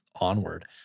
onward